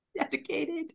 Dedicated